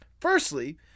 Firstly